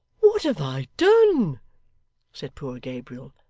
what have i done said poor gabriel.